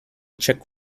czech